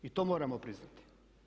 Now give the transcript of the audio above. I to moramo priznati.